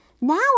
Now